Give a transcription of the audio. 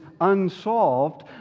unsolved